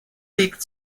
liegt